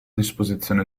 disposizione